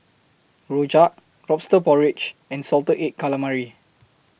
Rojak Lobster Porridge and Salted Egg Calamari